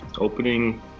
opening